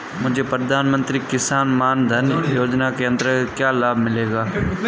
मुझे प्रधानमंत्री किसान मान धन योजना के अंतर्गत क्या लाभ मिलेगा?